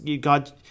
God